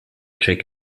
check